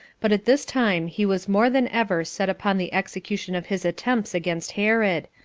but at this time he was more than ever set upon the execution of his attempts against herod,